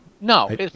No